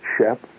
Shep